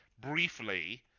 briefly